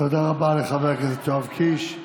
תודה רבה לחבר הכנסת יואב קיש.